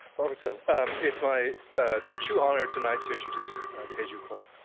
it's and it's my ah true honor tonight to introduce teju cole.